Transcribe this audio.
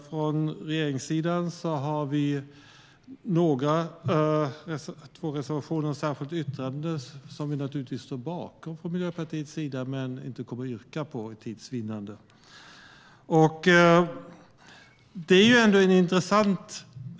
Från regeringssidan har vi två reservationer och ett särskilt yttrande, som vi naturligtvis står bakom från Miljöpartiets sida, men vi kommer för tids vinnande inte att yrka bifall till dem.